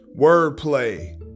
wordplay